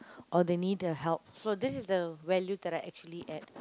or they need the help so this is the value that I actually add